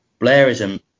Blairism